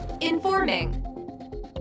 Informing